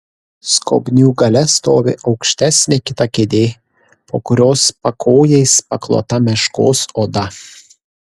skobnių gale stovi aukštesnė kita kėdė po kurios pakojais paklota meškos oda